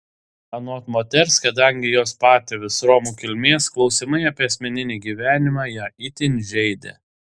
anot moters kadangi jos patėvis romų kilmės klausimai apie asmeninį gyvenimą ją itin žeidė